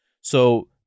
So-